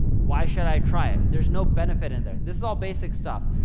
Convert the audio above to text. why should i try it? there's no benefit in there. this is all basic stuff.